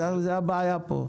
זאת הבעיה פה.